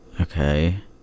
okay